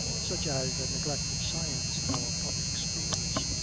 such as the neglect of science in our public schools.